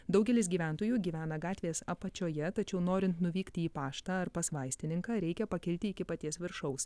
daugelis gyventojų gyvena gatvės apačioje tačiau norint nuvykti į paštą ar pas vaistininką reikia pakilti iki paties viršaus